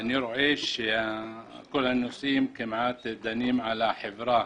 רואה שהנושאים הנדונים הם לגבי החברה